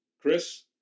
Chris